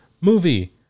movie